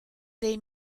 dei